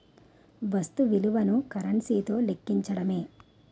వస్తు విలువను కరెన్సీ తో లెక్కించడమే